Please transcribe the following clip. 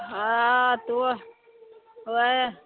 हँ तु ओए